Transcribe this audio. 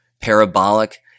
parabolic